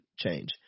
change